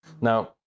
now